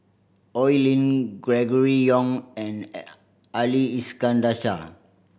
Oi Lin Gregory Yong and Ali Iskandar Shah